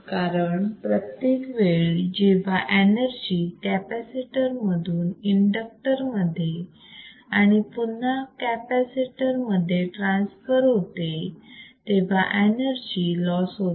कारण प्रत्येक वेळी जेव्हा एनर्जी कॅपॅसिटर मधून इंडक्टर मध्ये आणि पुन्हा कॅपॅसिटर मध्ये ट्रान्सफर होते तेव्हा एनर्जी लॉस होते